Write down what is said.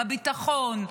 בביטחון,